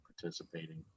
participating